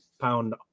pound